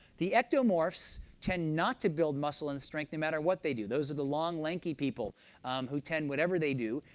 the ectomorphs tend not to build muscle and strength no matter what they do. those are the long, lanky people who tend, whatever they do,